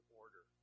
order